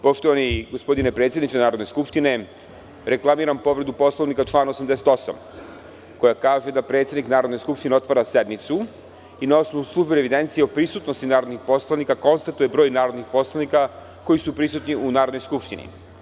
Poštovani gospodine predsedniče Narodne skupštine, reklamiram povredu Poslovnika, član 88, koja kaže da predsednik Narodne skupštine otvara sednicu i na osnovu službene evidencije o prisutnosti narodnih poslanika konstatuje broj narodnih poslanika koji su prisutni u Narodnoj skupštini.